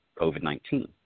COVID-19